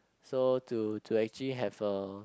so to to actually have a